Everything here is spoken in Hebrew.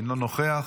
אינו נוכח.